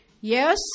Yes